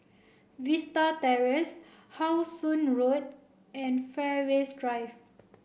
Vista Terrace How Sun Road and Fairways Drive